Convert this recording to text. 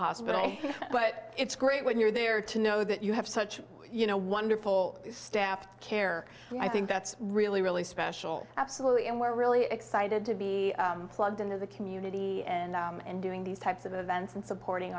hospital but it's great when you're there to know that you have such you know wonderful staff care and i think that's really really special absolutely and we're really excited to be plugged into the community and doing these types of events and supporting